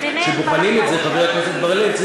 חבר הכנסת בר-לב,